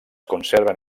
conserven